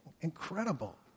Incredible